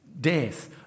death